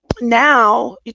now